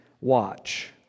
watch